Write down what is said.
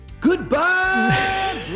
Goodbye